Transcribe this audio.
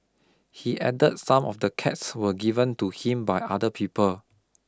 he added some of the cats were given to him by other people